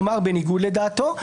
כלומר בניגוד לדעתו,